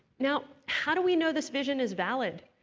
now how do we know this vision is valid?